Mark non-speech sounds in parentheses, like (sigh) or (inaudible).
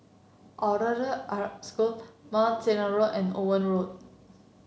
(unintelligible) Arab School Mount Sinai Road and Owen Road